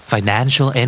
Financial